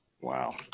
Wow